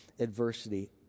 Adversity